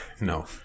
No